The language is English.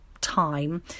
time